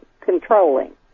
controlling